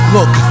Look